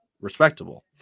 Respectable